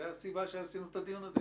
זו הסיבה שעשינו את הדיון הזה.